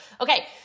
Okay